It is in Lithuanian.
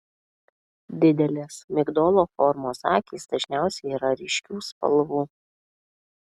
didelės migdolo formos akys dažniausiai yra ryškių spalvų